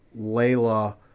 Layla